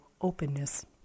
openness